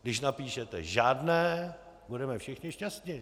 Když napíšete žádné, budeme všichni šťastni.